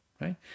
right